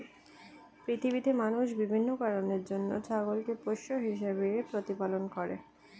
পৃথিবীতে মানুষ বিভিন্ন কারণের জন্য ছাগলকে পোষ্য হিসেবে প্রতিপালন করে